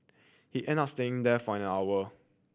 he end up staying there for an hour